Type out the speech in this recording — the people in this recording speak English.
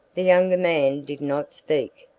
the younger man did not speak,